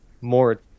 more